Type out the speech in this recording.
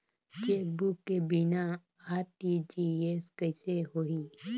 Chequebook के बिना RTGS कइसे होही?